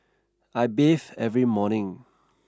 I bathe every morning